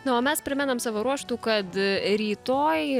na o mes primenam savo ruožtu kad rytoj